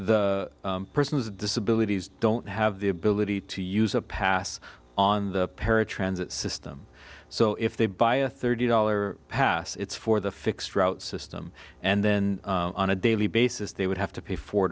the person has a disability don't have the ability to use a pass on the paratransit system so if they buy a thirty dollar pass it's for the fixed route system and then on a daily basis they would have to pay four